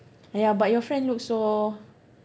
ya but your friend look so